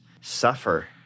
suffer